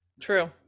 True